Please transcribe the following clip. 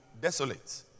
desolate